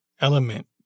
element